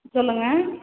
சொல்லுங்கள்